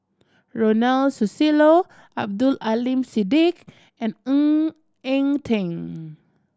Ronald Susilo Abdul Aleem Siddique and Ng Eng Teng